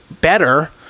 better